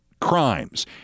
crimes